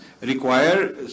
require